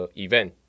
event，